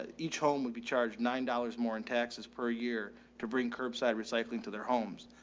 ah each home would be charged nine dollars more in taxes per year to bring curbside recycling to their homes.